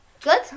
Good